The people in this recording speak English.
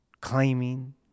Claiming